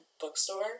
Bookstore